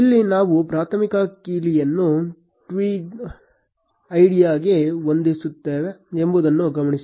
ಇಲ್ಲಿ ನಾವು ಪ್ರಾಥಮಿಕ ಕೀಲಿಯನ್ನು ಟ್ವೀಟ್ ಐಡಿಯಾಗಿ ಹೊಂದಿಸುತ್ತಿದ್ದೇವೆ ಎಂಬುದನ್ನು ಗಮನಿಸಿ